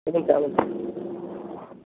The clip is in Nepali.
हुन्छ हुन्छ